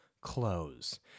close